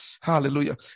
hallelujah